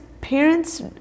parents